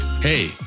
Hey